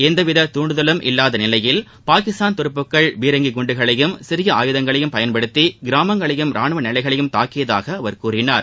எந்தவித தூண்டுதலும் இல்லாத நிலையில் பாகிஸ்தான் துருப்புகள் பீரங்கி குண்டுகளையும் சிறிய ஆயுதங்களையும் பயன்படுத்தி கிராமங்களையும் ராணுவ நிலைகளையும் தாக்கியதாக அவர் கூறினார்